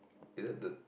is it the